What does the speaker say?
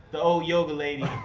the old yoga lady